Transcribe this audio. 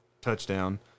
touchdown